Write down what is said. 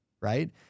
right